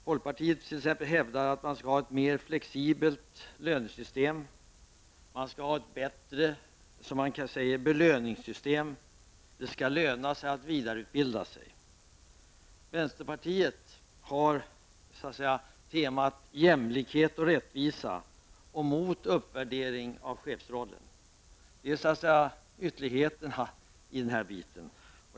Folkpartiet hävdar t.ex. att man skall ha ett mera flexibelt lönesystem och ett bättre ''belöningssystem''. Det skall löna sig med vidareutbildning. Vänsterpartiet har temat jämlikhet och rättvisa och är mot uppvärdering av chefsrollen. Det är de två ytterligheterna.